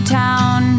town